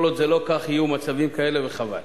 כל עוד זה לא כך יהיו מצבים כאלה וחבל.